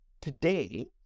today